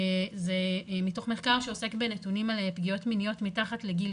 זה מתוך מחקר שעוסק בנתונים על פגיעות מיניות מתחת לגיל